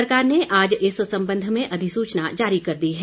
सरकार ने आज इस संबंध में अधिसूचना जारी कर दी है